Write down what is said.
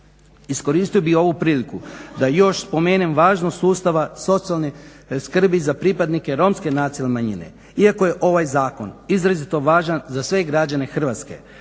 Iskoristio bih ovu priliku da još spomenem važnost sustava socijalne skrbi za pripadnike Romske nacionalne manjine, iako je ovaj zakon izrazito važan za sve građane Hrvatske.